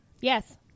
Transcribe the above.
Yes